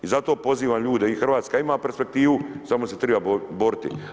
I zato pozivam ljude, Hrvatska ima perspektivu samo se treba boriti.